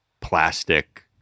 plastic